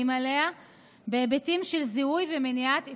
אליה בהיבטים של זיהוי ומניעת התחזויות.